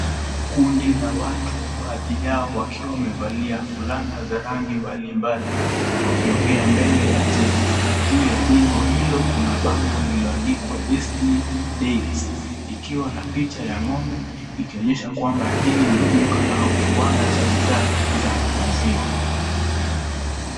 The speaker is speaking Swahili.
Kundi la watu baadhi yao wakiwa wamevalia fulana za rangi mbalimbali wakiongea mbele ya jengo. Juu ya jengo hilo kuna bango lililoandikwa Destiny dairies likiwa na picha ya ngombe likionyesha kwamba hili ni duka au kiwanda cha bidhaa za maziwa.